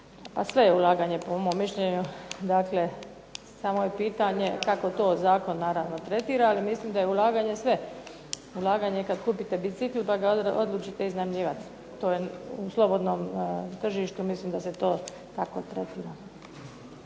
sve je ulaganje po mom mišljenju, dakle samo je pitanje kako to zakon tretira. Ali mislim da je ulaganje sve. Ulaganje je kada kupite bicikl pa ga odlučite iznajmljivati. To je u slobodnom tržištu mislim da se to tako tretira.